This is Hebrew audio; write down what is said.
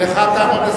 אתה הסכמת.